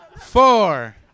four